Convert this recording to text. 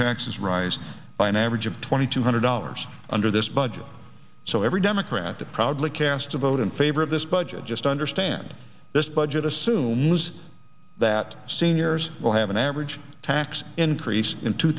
taxes rise by an average of twenty two hundred dollars under this budget so every democrat to proudly cast a vote in favor of this budget just understand this budget assumes that seniors will have an average tax increase in two